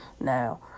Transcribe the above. Now